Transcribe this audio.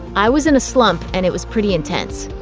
i was in a slump, and it was pretty intense.